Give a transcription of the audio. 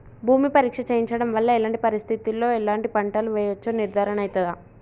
భూమి పరీక్ష చేయించడం వల్ల ఎలాంటి పరిస్థితిలో ఎలాంటి పంటలు వేయచ్చో నిర్ధారణ అయితదా?